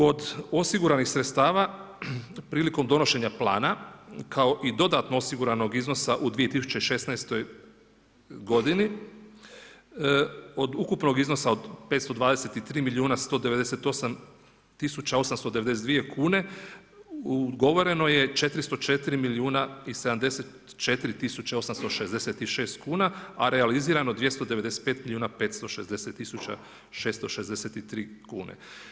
Od osiguranih sredstava prilikom donošenja plana, kao i dodatno osiguranog iznosa u 2016. godini, od ukupnog iznosa od 523 milijuna 198 tisuća 892 kune, ugovoreno je 404 milijuna i 74 tisuće 866 kuna, a realizirano 295 milijuna 560 tisuća 663 kune.